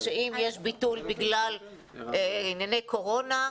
שאם יש ביטול בגלל ענייני קורונה,